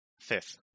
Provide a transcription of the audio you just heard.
Fifth